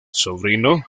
sobrino